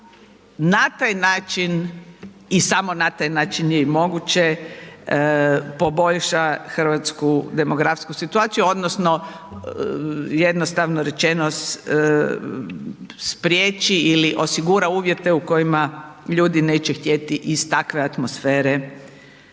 na taj način i samo na taj način je i moguće, poboljša hrvatsku demografsku situaciju, odnosno jednostavno rečeno spriječi ili osigura uvjete u kojima ljudi neće htjeti iz takve atmosfere